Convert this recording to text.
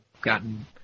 gotten